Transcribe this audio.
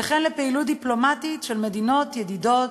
וכן לפעילות דיפלומטית של מדינות ידידות